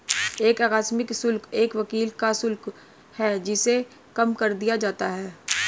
एक आकस्मिक शुल्क एक वकील का शुल्क है जिसे कम कर दिया जाता है